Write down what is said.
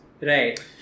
Right